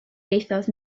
ieithoedd